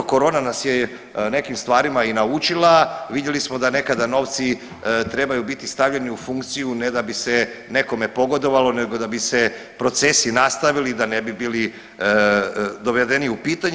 Korona nas je nekim stvarima i naučila, vidjeli smo da nekada novci trebaju biti stavljeni u funkciju ne da bi se nekome pogodovalo, nego da bi se procesi nastavili, da ne bi bili dovedeni u pitanje.